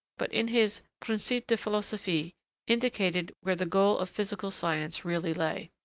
but, in his principes de philosophie indicated where the goal of physical science really lay.